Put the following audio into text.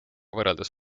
võrreldes